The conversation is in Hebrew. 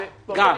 גם.